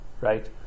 right